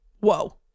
Whoa